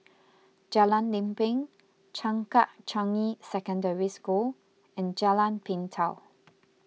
Jalan Lempeng Changkat Changi Secondary School and Jalan Pintau